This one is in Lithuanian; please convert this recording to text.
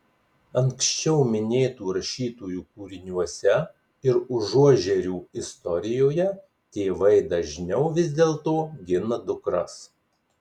anksčiau minėtų rašytojų kūriniuose ir užuožerių istorijoje tėvai dažniau vis dėlto gina dukras